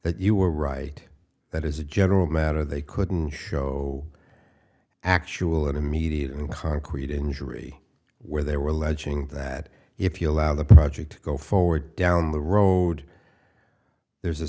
that you were right that as a general matter they couldn't show actual and immediate and concrete injury where they were alleging that if you allow the project to go forward down the road there's a